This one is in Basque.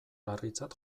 larritzat